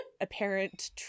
apparent